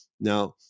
Now